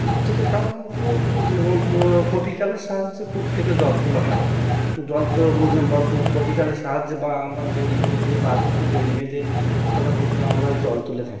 কূপ থেকে সাধারণত কপিকলের সাহায্যে কূপ থেকে জল তোলা হয় জল তো মানে বা কূপ কপিকলের সাহায্যে বা আমরা দড়ি বেঁধে বালতিতে দড়ি বেঁধে সাধারণত আমরা জল তুলে থাকি